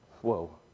Whoa